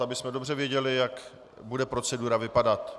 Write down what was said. Abychom dobře věděli, jak bude procedura vypadat.